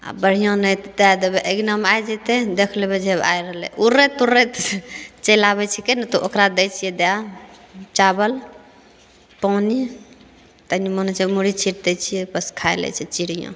आ बढ़िआँ नाहित दए देबै अइगनामे आइ जेतै ने देखि लेबै जे आइ रहलै उड़ैत उड़ैत चलि आबैत छिकै ने तऽ ओकरा दै छियै दए चाबल पानि तनी मनी जे मुढ़ी छीट दै छियै बस खाइ लै छै चिड़ियाँ